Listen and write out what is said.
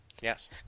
Yes